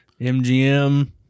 MGM